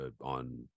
on